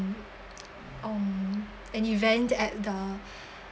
um an event at the